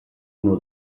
uno